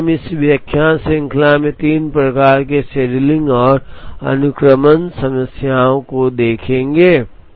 इसलिए हम इस व्याख्यान श्रृंखला में तीन प्रकार के शेड्यूलिंग और अनुक्रमण समस्याओं को देखेंगे